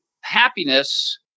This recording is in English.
happiness